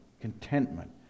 Contentment